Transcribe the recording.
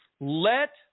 let